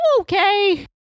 okay